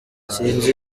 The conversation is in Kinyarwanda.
sinzi